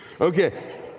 Okay